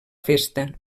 festa